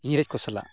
ᱤᱝᱨᱮᱹᱡᱽ ᱠᱚ ᱥᱟᱞᱟᱜ